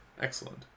excellent